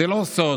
זה לא סוד,